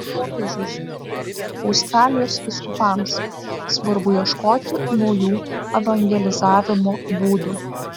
popiežius australijos vyskupams svarbu ieškoti naujų evangelizavimo būdų